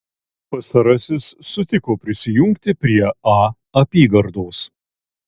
pastarasis sutiko prisijungti prie a apygardos